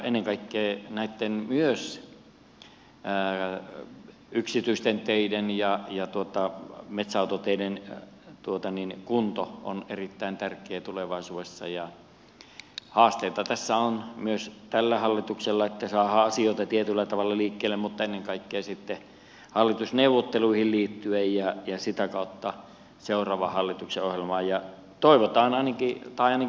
ennen kaikkea myös näitten yksityisten teiden ja metsäautoteiden kunto on erittäin tärkeä asia tulevaisuudessa ja haasteita tässä on myös tällä hallituksella että saadaan asioita tietyllä tavalla liikkeelle mutta ennen kaikkea sitten hallitusneuvotteluihin liittyen ja sitä kautta seuraavan hallituksen ohjelmaan